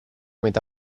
metà